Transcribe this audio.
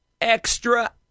extra